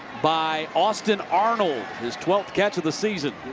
by austin arnold. his twelfth catch of the season.